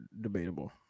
debatable